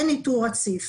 אין ניטור רציף.